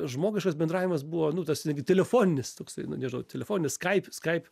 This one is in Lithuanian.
žmogiškas bendravimas buvo nu tas netgi telefoninis toksai nu nežinau telefoninis skaip skaip